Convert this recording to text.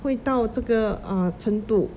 会到这个 err 程度